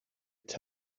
could